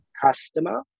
customer